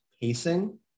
pacing